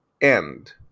end